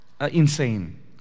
insane